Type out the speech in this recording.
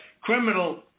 criminal